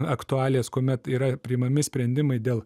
aktualijas kuomet yra priimami sprendimai dėl